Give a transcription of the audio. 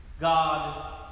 God